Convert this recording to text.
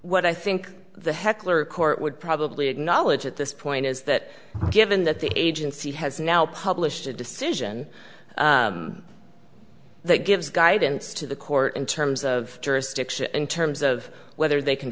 what i think the heckler court would probably acknowledge at this point is that given that the agency has now published a decision that gives guidance to the court in terms of jurisdiction in terms of whether they can